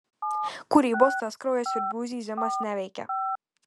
kūrybos tas kraujasiurbių zyzimas neveikia